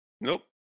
Nope